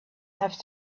have